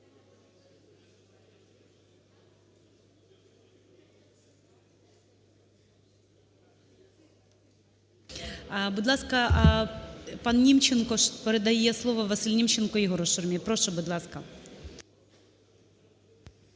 Будь ласка, пан Німченко передає слово… Василь Німченко Ігорю Шурмі. Прошу, будь ласка.